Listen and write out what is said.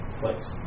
place